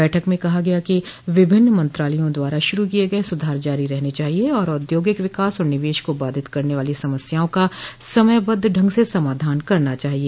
बैठक में कहा गया कि विभिन्न मंत्रालयों द्वारा शुरू किये गये सुधार जारी रहने चाहिए और औद्योगिक विकास और निवेश को बाधित करने वाली समस्याओं का समयबद्ध ढंग से समाधान करना चाहिए